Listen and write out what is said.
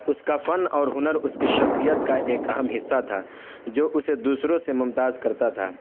اس کا فن اور ہنر اس کی شخصیت کا ایک اہم حصہ تھا جو اسے دوسروں سے ممتاز کرتا تھا